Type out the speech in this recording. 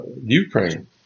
Ukraine